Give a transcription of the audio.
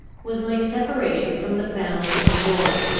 was my separation from the family of laura.